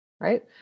right